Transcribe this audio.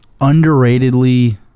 underratedly